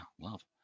Love